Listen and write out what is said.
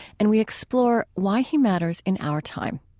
and we explore why he matters in our time.